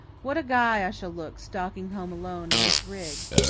what a guy i shall look, stalking home alone in this rig,